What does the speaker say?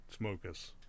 Smokus